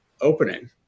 opening